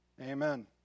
Amen